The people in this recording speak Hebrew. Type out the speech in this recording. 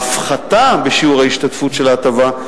ההפחתה בשיעור ההשתתפות של ההטבה,